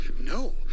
no